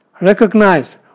Recognize